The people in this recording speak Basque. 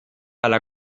ala